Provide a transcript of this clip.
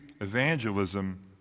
evangelism